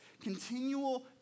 continual